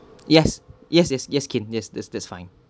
yes yes yes yes can yes that's that's fine